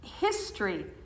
history